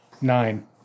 Nine